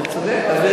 אתה צודק.